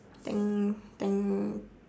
tank tank